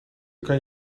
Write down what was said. kan